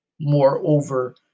Moreover